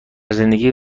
زندگی